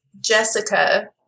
Jessica